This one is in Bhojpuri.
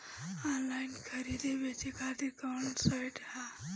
आनलाइन खरीदे बेचे खातिर कवन साइड ह?